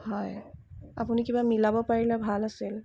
হয় আপুনি কিবা মিলাব পাৰিলে ভাল আছিল